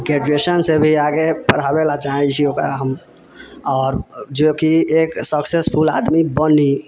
graduation से भी आगे पढ़ाबै लए चाहैत छी ओकरा हम आओर जेकि एक सक्सेसफुल आदमी बनी